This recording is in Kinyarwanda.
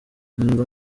umva